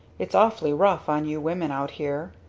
it's awfully rough on you women out here.